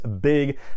big